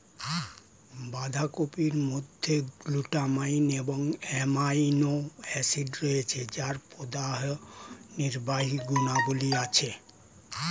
বাঁধাকপির মধ্যে গ্লুটামাইন এবং অ্যামাইনো অ্যাসিড রয়েছে যার প্রদাহনির্বাহী গুণাবলী আছে